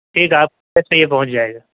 ٹھیک ہے آپ یہ پہونچ جائے گا